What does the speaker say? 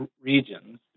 Regions